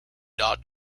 dot